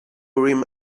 urim